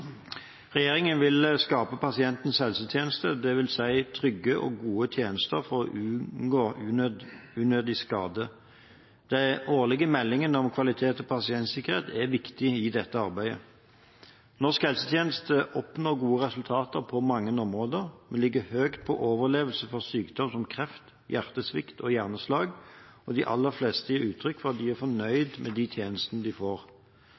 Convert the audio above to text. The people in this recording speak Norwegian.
Regjeringen vil skape pasientens helsetjeneste, dvs. trygge og gode tjenester for å unngå unødig skade. De årlige meldingene om kvalitet og pasientsikkerhet er viktig i dette arbeidet. Norsk helsetjeneste oppnår gode resultater på mange områder. Vi ligger høyt på overlevelse for sykdommer som kreft, hjertesvikt og hjerneslag, og de aller fleste gir uttrykk for at de er fornøyd med de tjenestene de får.